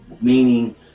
Meaning